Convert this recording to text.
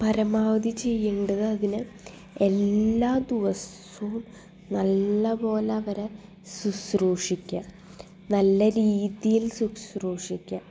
പരമാവധി ചെയ്യേണ്ടത് അതിനെ എല്ലാ ദിവസവും നല്ല പോലെ അവരെ ശുശ്രുഷിക്കുക നല്ല രീതിയിൽ ശുശ്രുഷിക്കുക